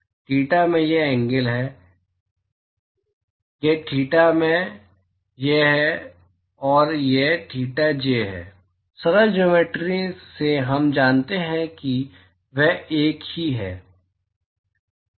theta मैं यह angle है यह थीटा मैं है और यह थीटा जे है सरल ज्योमेट्रि से हम जानते हैं कि वे एक ही हैं